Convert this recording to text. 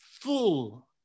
full